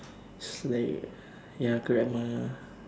is like ya grammar